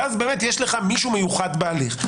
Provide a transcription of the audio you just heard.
ואז יש לך מישהו מיוחד בהליך.